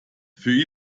für